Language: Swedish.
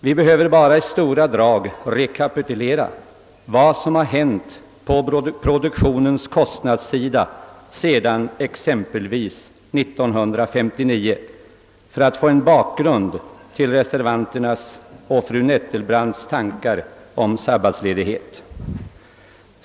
Man behöver bara i stora drag rekapitulera vad som hänt när det gäller produktionskostnaderna sedan 1959 för alt få en god bakgrund till reservanternas och fru Nettelbrandts förslag om en längre sammanhängande ledighet.